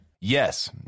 Yes